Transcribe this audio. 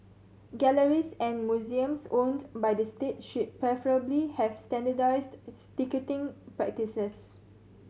galleries and museums owned by the state should preferably have standardised its ticketing practices